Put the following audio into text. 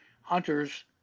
hunters